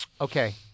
Okay